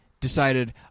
decided